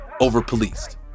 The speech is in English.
over-policed